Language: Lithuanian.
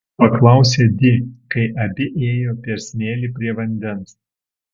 paklausė di kai abi ėjo per smėlį prie vandens